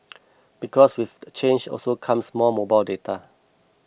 because with the change also comes more mobile data